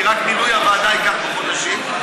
רק מינוי הוועדה ייקח פה חודשים.